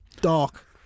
dark